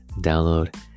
download